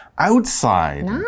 Outside